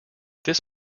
this